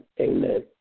Amen